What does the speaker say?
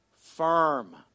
firm